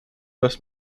das